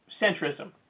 centrism